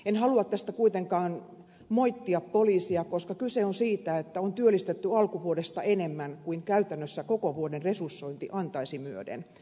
en halua tästä kuitenkaan moittia poliisia koska kyse on siitä että on työllistetty alkuvuodesta enemmän kuin käytännössä koko vuoden resursointi antaisi myöten